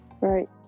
Right